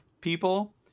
people